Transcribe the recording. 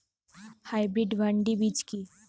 Hybrid ভীন্ডি বীজ কি?